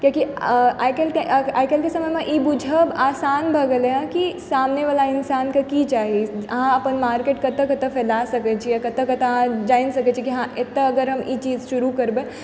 कियाकि आइकाल्हि के आइकाल्हि के समय मे ई बुझब आसान भऽ गेलै हँ कि सामने वाला इंसान के की चाही अहाँ अपन मार्केट कतऽ कतऽ फैला सकै छियै कतऽ कतऽ अहाँ जानि सकै छियै कि हँ एतऽ अगर हम ई चीज शुरू करबै